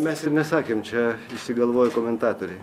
mes ir nesakėm čia išsigalvojo komentatoriai